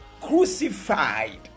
crucified